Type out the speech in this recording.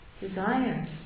Desire